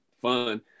fun